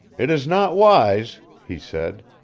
it is not wise, he said.